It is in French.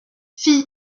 fille